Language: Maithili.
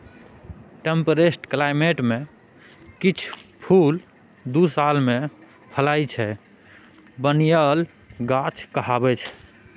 टेम्परेट क्लाइमेट मे किछ फुल दु साल मे फुलाइ छै बायनियल गाछ कहाबै छै